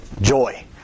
Joy